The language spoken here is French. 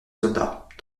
soldats